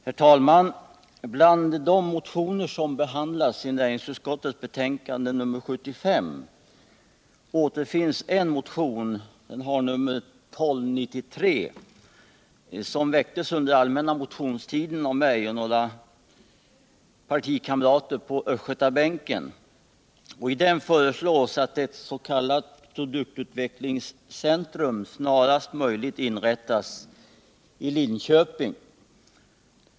Herr talman! Bland de motioner som behandlats i näringsutskottets betänkande nr 75 återfinns en motion, nr 1293, som väcktes under den allmänna motionstiden av mig och några partikamrater på Östgötabänken. I den motionen föreslås att ett s.k. produktutvecklingscentrum snarast möjligt inrättas i Linköping.